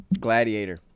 Gladiator